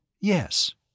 Yes